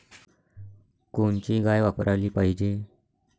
कोनची गाय वापराली पाहिजे?